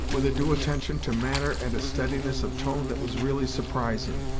with a due attention to manner and a steadiness of tone that was really surprising,